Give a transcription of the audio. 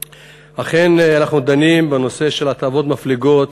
אכן, אנחנו דנים בנושא של הטבות מפליגות